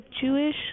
Jewish